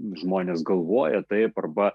žmonės galvoja taip arba